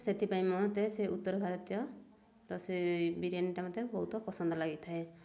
ସେଥିପାଇଁ ମୋତେ ସେ ଉତ୍ତର ଭାରତୀୟ ବିରିୟାନୀଟା ମତେ ବହୁତ ପସନ୍ଦ ଲାଗିଥାଏ